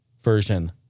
version